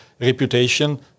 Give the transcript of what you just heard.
reputation